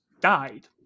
died